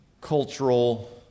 cultural